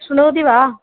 शृणोति वा